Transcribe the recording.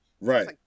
right